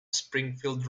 springfield